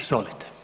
Izvolite.